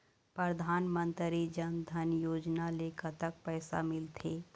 परधानमंतरी जन धन योजना ले कतक पैसा मिल थे?